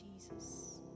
Jesus